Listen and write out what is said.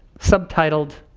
subtitled,